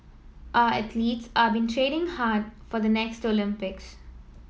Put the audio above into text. our athletes are been training hard for the next Olympics